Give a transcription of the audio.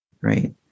right